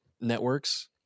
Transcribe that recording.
networks